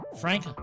frank